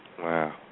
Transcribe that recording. Wow